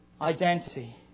identity